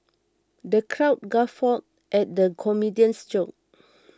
the crowd guffawed at the comedian's jokes